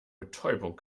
betäubung